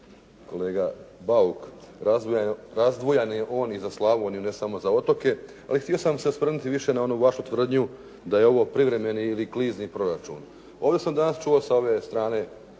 Kolega Bauk, razdvojan je on i za Slavoniju, ne samo za otoke. Ali htio sam se osvrnuti više na onu vašu tvrdnju da je ovo privremeni ili klizni proračun. Ovdje sam danas čuo sa ove strane